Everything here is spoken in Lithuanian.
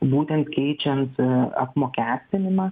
būtent keičiant apmokestinimą